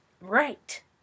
Right